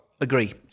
Agree